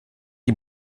die